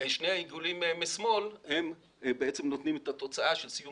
שני העיגולים משמאל הם בעצם נותנים את התוצאה של סיום